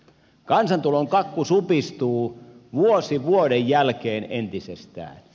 kansantulon kakku supistuu vuosi vuoden jälkeen entisestään